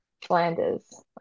Flanders